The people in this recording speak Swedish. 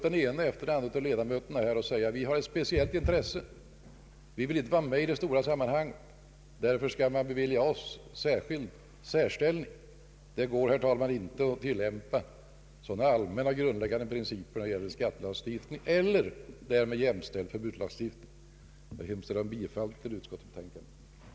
Den ena efter den andra av ledamöterna här kan stå upp och säga att det finns speciella intressen som inte bör vara med i det stora sammanhanget och som därför bör beviljas en särställning. Det går inte att tillämpa sådana principer när det gäller skattelagstiftningen eller därmed jämställd förbudslagstiftning. Jag hemställer om bifall till utskottets betänkande.